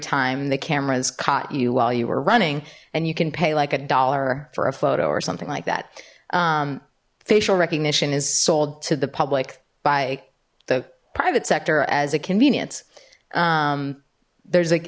time the cameras caught you while you were running and you can pay like a dollar for a photo or something like that facial recognition is sold to the public by the private sector as a convenience there's